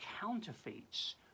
counterfeits